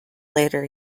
later